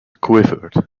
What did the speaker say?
quivered